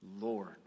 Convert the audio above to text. Lord